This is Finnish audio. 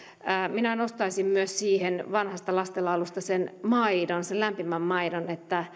minä nostaisin vanhasta lastenlaulusta myös sen maidon sen lämpimän maidon